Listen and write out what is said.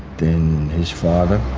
in his father,